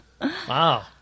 Wow